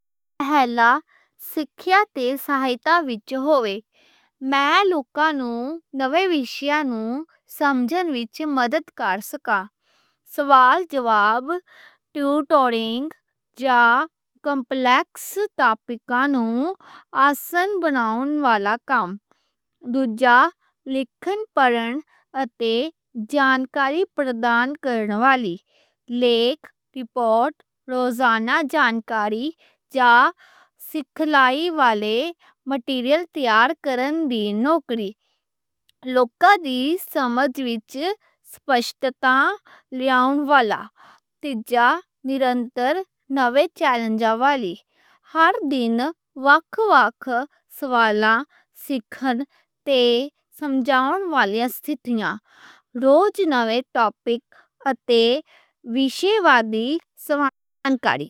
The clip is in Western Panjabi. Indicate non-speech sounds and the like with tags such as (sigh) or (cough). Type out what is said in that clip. ہولسک ایتیزائے تاغی دے لوکاں نوں نویں وشیانوں سمجھن وچ مدد کر سکاں، سوال تے جواب، ٹیوٹرنگ یا کمپلیکس ٹاپکاں نوں آسان بناون والا کم۔ دوجا لکھن، پڑھن اتے جانکاری پردان کرن والی، لیکھ، رپورٹ، روزانہ جانکاری یا سکھلائی والے مٹیریل تیار کرن دی۔ سمجھ وچ سپشٹتاں لیاون والا۔ تیجا نِرتَر نویں چیلنجا والی، ہر دن وکھ وکھ سوالاں سکھن تے سمجھاون والے ستھتیاں، نویں ٹاپک اتے ویشے تے بھی سوال (unintelligible) کاری۔